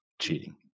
cheating